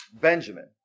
Benjamin